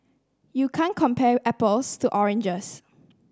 you can't compare apples to oranges